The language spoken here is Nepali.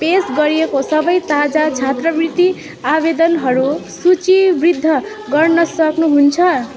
पेस गरिएका सबै ताजा छात्रवृत्ति आवेदनहरू सूचीबद्ध गर्न सक्नुहुन्छ